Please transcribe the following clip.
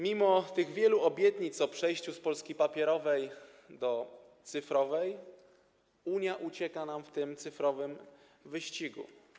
Mimo wielu obietnic o przejściu od Polski papierowej do cyfrowej Unia ucieka nam w tym cyfrowym wyścigu.